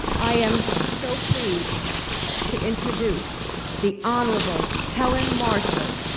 i am so pleased to introduce the honorable helen marshall,